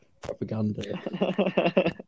propaganda